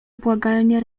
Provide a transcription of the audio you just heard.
błagalnie